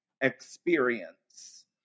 experience